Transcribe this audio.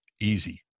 easy